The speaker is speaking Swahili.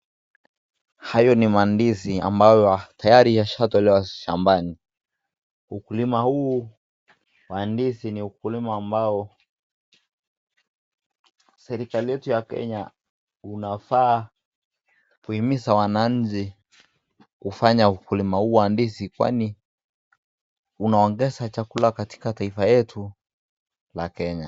Hayo ni mandizi ambayo tayari yashatolewa shambani. Ukulima huu wa ndizi ni ukulima ambao serikali yetu ya Kenya unafaa kuhimiza wananchi kufanya ukulima huu wa ndizi, kwani unaongeza chakula katika taifa yetu la Kenya.